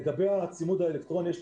לגבי הצימוד האלקטרוני.